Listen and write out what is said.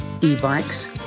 E-bikes